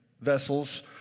vessels